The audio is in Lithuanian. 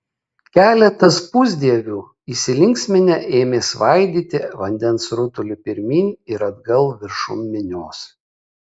keletas pusdievių įsilinksminę ėmė svaidyti vandens rutulį pirmyn ir atgal viršum minios